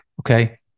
okay